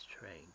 trained